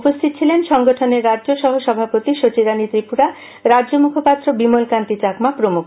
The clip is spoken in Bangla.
উপস্থিত ছিলেন সংগঠনের রাজ্য সহ সভাপতি শচীরানি ত্রিপুরা রাজ্য মুখপাত্র বিমল কান্তি চাকমা প্রমুখ